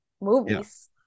movies